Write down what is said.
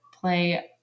play